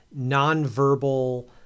nonverbal